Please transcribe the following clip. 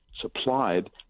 supplied